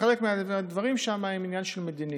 וחלק מהדברים שם הם עניין של מדיניות.